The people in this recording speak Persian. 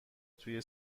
توی